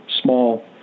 small